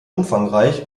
umfangreich